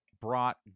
brought